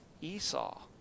Esau